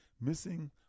missing